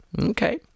okay